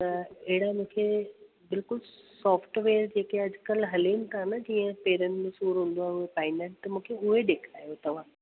त अहिड़ा मूंखे बिल्कुलु सॉफ्ट में जेके अॼुकल्ह हलनि था न जीअं पेरनि में सूरु हूंदो हुओ पाईंदा आहिनि त मूंखे उहे ॾेखायो तव्हां